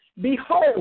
behold